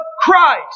Christ